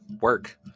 work